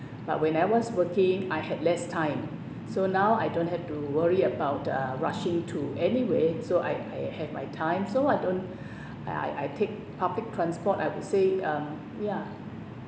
but when I was working I had less time so now I don't have to worry about uh rushing to anyway so I I have my time so I don't I I take public transport I would say um ya